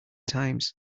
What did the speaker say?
times